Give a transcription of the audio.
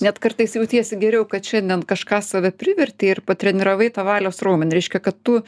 net kartais jautiesi geriau kad šiandien kažką save privertei ir patreniravai tą valios raumenį reiškia kad tu